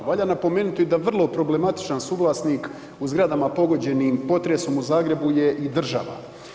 Valja napomenuti da vrlo problematičan suvlasnik u zgradama pogođenim potresom u Zagrebu je i država.